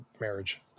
marriage